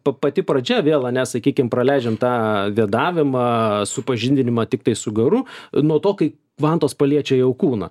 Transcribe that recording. pa pati pradžia vėl ane sakykim praleidžiant tą vėdavimą supažindinimą tiktai su garu nuo to kai vantos paliečia jau kūną